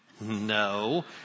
No